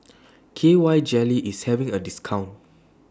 K Y Jelly IS having A discount